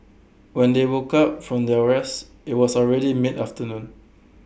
when they woke up from their rest IT was already midafternoon